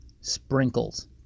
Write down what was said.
sprinkles